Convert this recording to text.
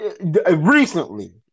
Recently